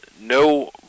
no